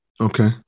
Okay